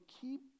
keep